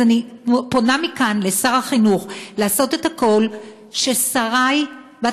אז אני פונה מכאן לשר החינוך לעשות את הכול ששרי בת